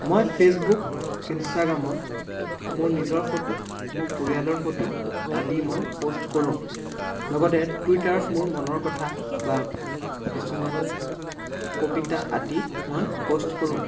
মই ফেচবুক ইনষ্টাগ্ৰামত মোৰ নিজৰ ফটো মোৰ পৰিয়ালৰ ফটো আদি মই প'ষ্ট কৰোঁ লগতে টুইটাৰত মোৰ মনৰ কথা বা কিছুমান কবিতা আদি মই প'ষ্ট কৰোঁ